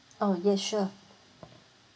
oh yes sure